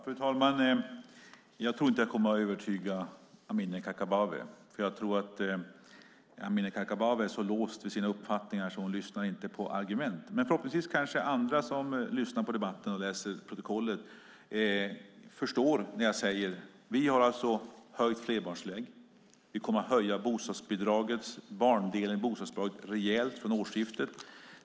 Fru talman! Jag tror inte att jag kan övertyga Amineh Kakabaveh, för hon är så låst vid sina uppfattningar att hon inte lyssnar på mina argument. Men förhoppningsvis förstår andra som lyssnar på debatten och läser protokollet att vi har höjt flerbarnstillägget och kommer att höja barndelen i bostadsbidraget rejält från årsskiftet.